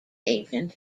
agent